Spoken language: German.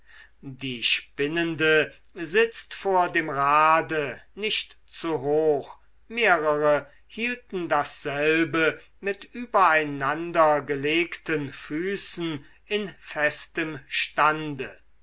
die spinnende sitzt vor dem rade nicht zu hoch mehrere hielten dasselbe mit übereinandergelegten füßen in festem stande